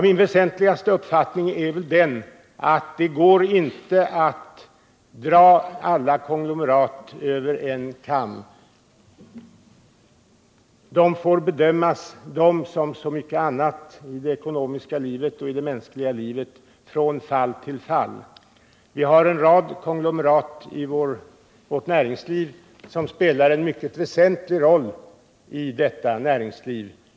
Min väsentligaste uppfattning är att det inte går att dra alla konglomerat över en kam. De såsom mycket annnat i det ekonomiska och mänskliga livet får bedömas från fall till fall. Vi har en rad konglomerat i vårt näringsliv, och de spelar en mycket väsentlig roll i detta näringsliv.